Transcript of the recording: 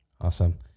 Awesome